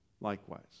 likewise